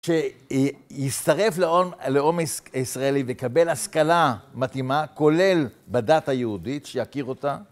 שיצתרף ללאום הישראלי ויקבל השכלה מתאימה, כולל בדת היהודית, שיכיר אותה.